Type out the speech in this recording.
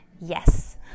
Yes